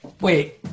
Wait